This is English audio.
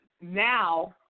now